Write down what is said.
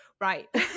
right